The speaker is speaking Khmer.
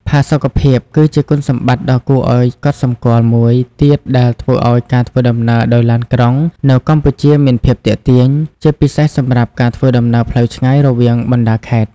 ផាសុកភាព គឺជាគុណសម្បត្តិដ៏គួរឲ្យកត់សម្គាល់មួយទៀតដែលធ្វើឱ្យការធ្វើដំណើរដោយឡានក្រុងនៅកម្ពុជាមានភាពទាក់ទាញ ជាពិសេសសម្រាប់ការធ្វើដំណើរផ្លូវឆ្ងាយរវាងបណ្ដាខេត្ត។